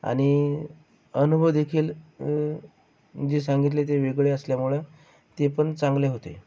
आणि अनुभव देखील जे सांगितले ते वेगळे असल्यामुळं ते पण चांगले होते